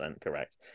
correct